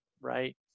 Right